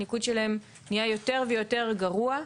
הניקוד שלהם נהיה יותר ויותר גרוע.